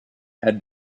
had